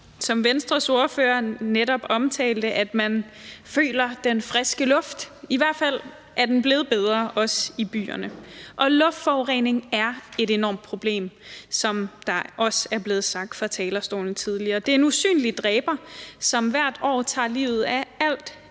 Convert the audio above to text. som Venstres ordfører netop omtalte, at man føler den friske luft; i hvert fald er den blevet bedre, også i byerne. Og luftforurening er et enormt problem, som det også er blevet sagt fra talerstolen tidligere. Det er en usynlig dræber, som hvert år tager livet af alt,